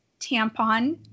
Tampon